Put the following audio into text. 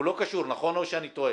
נכון או שאני טועה?